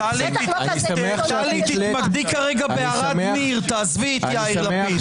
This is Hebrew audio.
טלי, תתמקדי כרגע בערד ניר, תעזבי את יאיר לפיד...